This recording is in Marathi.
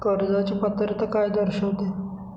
कर्जाची पात्रता काय दर्शविते?